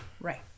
Right